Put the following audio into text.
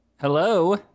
Hello